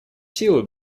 силу